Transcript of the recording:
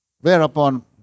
Whereupon